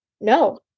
no